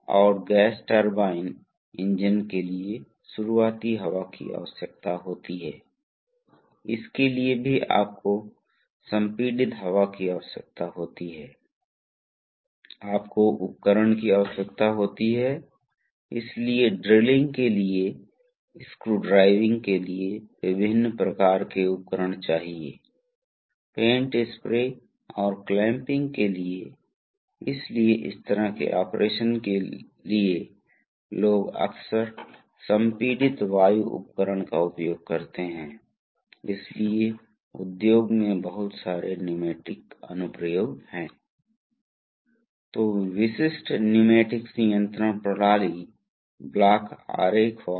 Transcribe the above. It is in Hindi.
तब पहले दबाव यहाँ बढ़ेगा अब इसका मतलब है कि यह दबाव कार्य करेगा दबाव भी होगा इसलिए प्रवाह इस ओर बढ़ेगा क्योंकि प्रवाह यहाँ बढ़ेगा लेकिन क्योंकि दबाव यहाँ बढ़ जाता है इसलिए प्रवाह होगा यह दबाव यहाँ और यहाँ पर दबाव डालेगा जिससे यह स्पूल इस ओर जाएगा अब यदि यह स्पूल इस ओर बढ़ता है तो आप समझ सकते हैं कि यह छिद्र बंद हो जाएगा एक बार यह खुलने के बाद बंद हो जाता है तो यहाँ एक बड़ा दबाव ड्रॉप होने वाला है और स्वाभाविक रूप से यह दबाव ड्रॉप स्थिर है यह ऊपर चला गया है